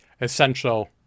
Essential